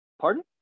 Pardon